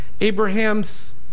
Abraham's